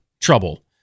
trouble